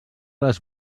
les